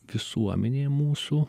visuomenė mūsų